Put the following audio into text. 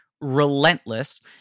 relentless